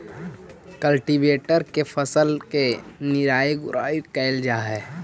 cultivator से फसल के निराई गुडाई कैल जा हई